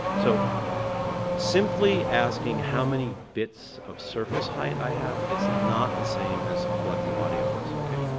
so simply asking how many bits of surface height i have is not the same as what the audio is, okay?